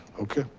okay.